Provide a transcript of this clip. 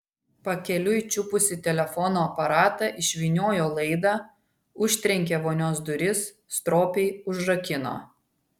pakeliui čiupusi telefono aparatą išvyniojo laidą užtrenkė vonios duris stropiai užrakino